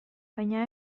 baina